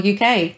UK